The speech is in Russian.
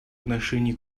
отношении